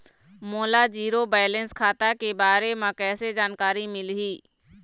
मोला zero balance खाता के बारे म कैसे जानकारी मिलही?